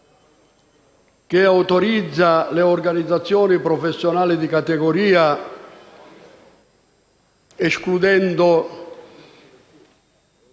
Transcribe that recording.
che autorizza le organizzazioni professionali di categoria alla